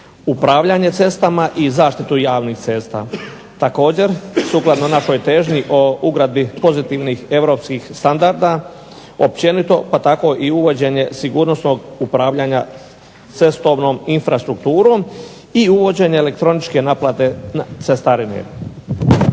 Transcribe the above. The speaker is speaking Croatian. upravljanje cestama i zaštitu javnih cesta. Također, sukladno našoj težnji o ugradbi pozitivnih europskih standarda općenito pa tako i uvođenje sigurnosnog upravljanja cestovnom infrastrukturom i uvođenje elektroničke naplate cestarine.